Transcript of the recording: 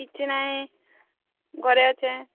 କିଛି ନାହିଁ ଘରେ ଅଛି